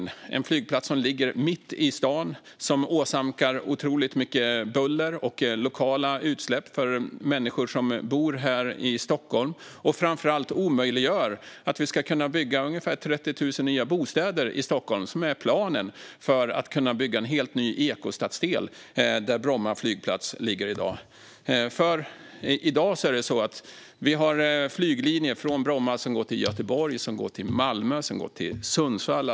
Det är en flygplats som ligger mitt i stan, som åsamkar otroligt mycket buller och lokala utsläpp för människor som bor här i Stockholm och som framför allt omöjliggör byggande av ungefär 30 000 nya bostäder i Stockholm. Det finns en plan för en helt ny ekostadsdel där Bromma flygplats i dag ligger. I dag finns flyglinjer från Bromma till Göteborg, Malmö och Sundsvall.